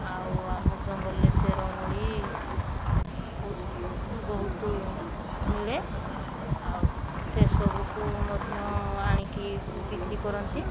ଆଉ ଆମ ଜଙ୍ଗଲରେ ଚେରମୂଳି ବହୁତ ମିଳେ ଆଉ ସେସବୁକୁ ମଧ୍ୟ ଆଣିକି ବିକ୍ରି କରନ୍ତି